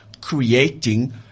creating